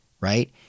right